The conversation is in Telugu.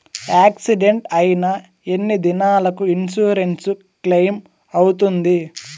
యాక్సిడెంట్ అయిన ఎన్ని దినాలకు ఇన్సూరెన్సు క్లెయిమ్ అవుతుంది?